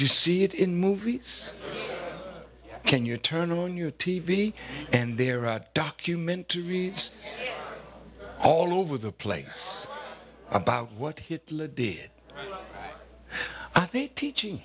you see it in movies can you turn on your t v and there are documentaries all over the place about what hitler did i think teaching